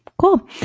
Cool